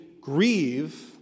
grieve